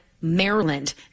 Maryland